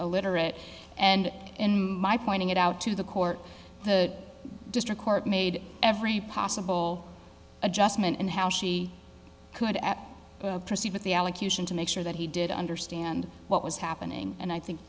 illiterate and my pointing it out to the court the district court made every possible adjustment and how she could proceed with the allocution to make sure that he did understand what was happening and i think